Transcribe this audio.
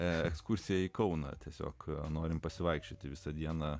ekskursija į kauną tiesiog norime pasivaikščioti visą dieną